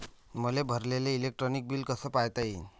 मले भरलेल electric bill कस पायता येईन?